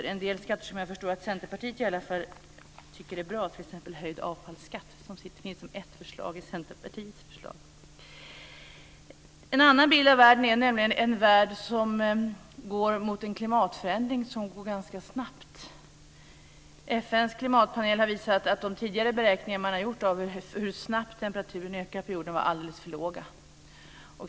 Det finns en del skatter som jag förstår att i alla fall Centerpartiet tycker är bra, t.ex. höjd avfallsskatt som finns med som ett förslag bland Centerpartiets förslag. En annan bild av världen är nämligen en värld som går mot en klimatförändring som går ganska snabbt. FN:s klimatpanel har visat att de tidigare beräkningar som gjorts av hur snabbt temperaturen ökar på jorden var alldeles för låga.